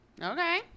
Okay